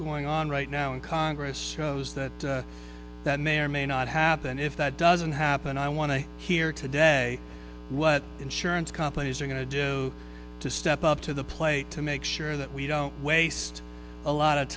going on right now in congress shows that that may or may not happen if that doesn't happen i want to hear today what insurance companies are going to do to step up to the plate to make sure that we don't waste a lot of